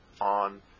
on